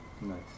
Nice